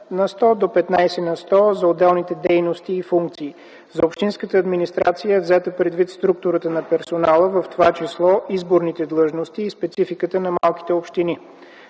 за отделните дейности и функции. За общинската администрация е взета предвид структурата на персонала, в т. ч. изборните длъжности и спецификата на малките общини.